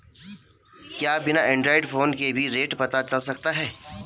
क्या बिना Android phone के भी रेट पता चल सकता है?